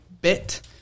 bit